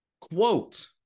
quote